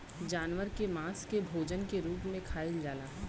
जानवर के मांस के भोजन के रूप में खाइल जाला